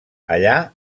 allà